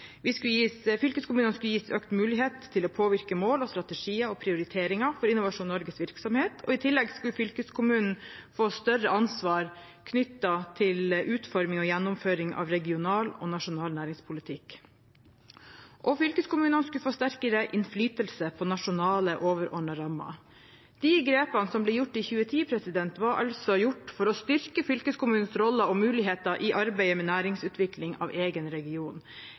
å påvirke mål, strategier og prioriteringer for Innovasjon Norges virksomhet, og i tillegg skulle fylkeskommunen få større ansvar knyttet til utforming og gjennomføring av regional og nasjonal næringspolitikk. Og fylkeskommunene skulle få sterkere innflytelse på nasjonale overordnede rammer. De grepene som ble gjort i 2010, var altså gjort for å styrke fylkeskommunenes roller og muligheter i arbeidet med næringsutvikling av egen region.